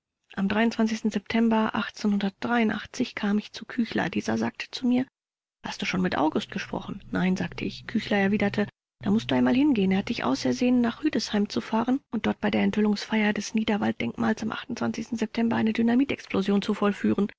am september kam ich zu küchler dieser sagte zu mir hast du schon mit august gesprochen nein sagte ich küchler erwiderte da mußt du einmal hingehen er hat dich ausersehen nach rüdesheim zu fahren und dort bei der enthüllungsfeier des niederwald denkmals am september eine dynamitexplosion zu vollführen